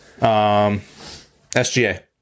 SGA